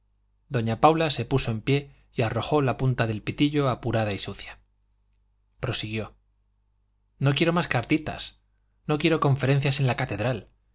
doña paula se puso en pie y arrojó la punta del pitillo apurada y sucia prosiguió no quiero más cartitas no quiero conferencias en la catedral